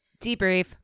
Debrief